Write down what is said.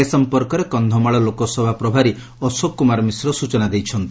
ଏ ସମ୍ପର୍କରେ କକ୍ଷମାଳ ଲୋକସଭା ପ୍ରଭାରୀ ଅଶୋକ କୁମାର ମିଶ୍ର ସୂଚନା ଦେଇଛନ୍ତି